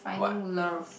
finding love